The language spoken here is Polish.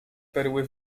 perły